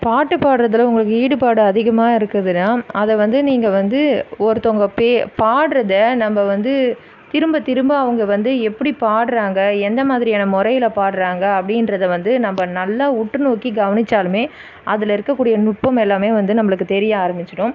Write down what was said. பாட்டு பாடுறதுல உங்களுக்கு ஈடுபாடு அதிகமாக இருக்குதுன்னா அதை வந்து நீங்கள் வந்து ஒருத்தவங்க பே பாடுறத நம்ப வந்து திரும்ப திரும்ப அவங்க வந்து எப்படி பாடுறாங்க எந்த மாதிரியான முறையில பாடுறாங்க அப்படின்றத வந்து நம்ப நல்லா உற்றுநோக்கி கவனிச்சாலுமே அதில் இருக்கக்கூடிய நுட்பம் எல்லாமே வந்து நம்பளுக்கு தெரிய ஆரமிச்சிவிடும்